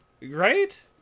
right